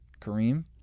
Kareem